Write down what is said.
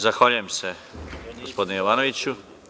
Zahvaljujem se, gospodine Jovanoviću.